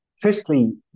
Firstly